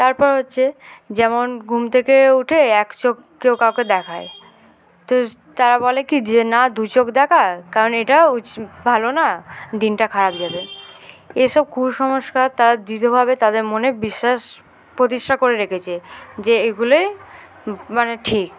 তারপর হচ্ছে যেমন ঘুম থেকে উঠে এক চোখ কেউ কাউকে দেখায় তো তারা বলে কি যে না দু চোখ দেখা কারণ এটা উচ ভালো না দিনটা খারাপ যাবে এসব কুসংস্কার তারা দৃঢ়ভাবে তাদের মনে বিশ্বাস প্রতিষ্ঠা করে রেখেছে যে এগুলোই মানে ঠিক